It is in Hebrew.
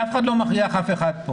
אף אחד לא מכריח אף אחד.